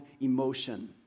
Emotion